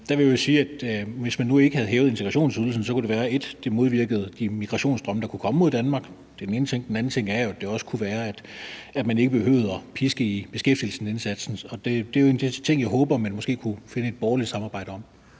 hvis man nu ikke havde hævet integrationsydelsen, kunne det være, at det for det første havde modvirket de migrationsstrømme, der kunne komme mod Danmark, og at man for det andet ikke behøvede at bruge pisken i beskæftigelsesindsatsen. Og det er jo en af de ting, jeg håber man måske kunne finde et borgerligt samarbejde om.